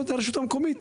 זאת הרשות המקומית,